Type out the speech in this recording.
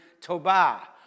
toba